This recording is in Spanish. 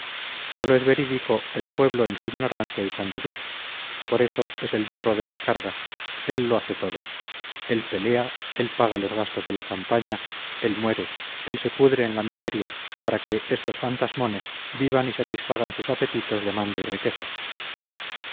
sólo es verídico el pueblo en su ignorancia y candidez por eso es el burro de las cargas él lo hace todo él pelea él paga los gastos de la campaña él muere él se pudre en la miseria para que estos fantasmones vivan y satisfagan sus apetitos de mando y riquezas